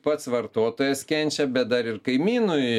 pats vartotojas kenčia bet dar ir kaimynui